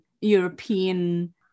European